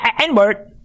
n-word